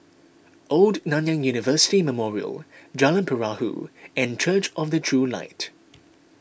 Old Nanyang University Memorial Jalan Perahu and Church of the True Light